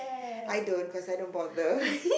I don't cause I don't bother